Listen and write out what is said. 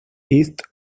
east